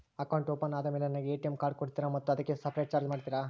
Account open ಆದಮೇಲೆ ನನಗೆ ATM card ಕೊಡ್ತೇರಾ ಮತ್ತು ಅದಕ್ಕೆ ಸಪರೇಟ್ ಚಾರ್ಜ್ ಮಾಡ್ತೇರಾ?